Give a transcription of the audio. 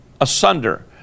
asunder